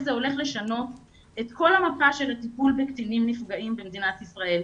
זה הולך לשנות את כל המפה של הטיפול בקטינים נפגעים במדינת ישראל.